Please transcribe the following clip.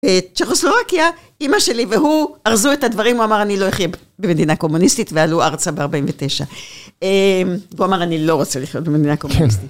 צ'כוסלורקיה, אמא שלי והוא, ארזו את הדברים, הוא אמר אני לא אחיה במדינה קומוניסטית, ועלו ארצה ב-49. הוא אמר אני לא רוצה לחיות במדינה קומוניסטית.